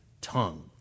tongue